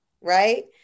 right